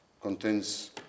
contains